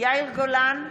יאיר גולן,